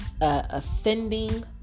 offending